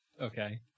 Okay